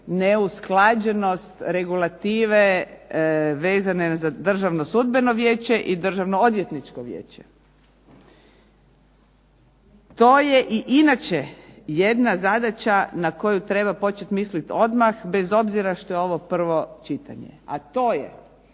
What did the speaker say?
neusklađenost regulative vezano za Državno sudbeno vijeće i Državno-odvjetničko vijeće. To je i inače jedna zadaća na koju treba počet misliti odmah bez obzira što je ovo prvo čitanje. A to je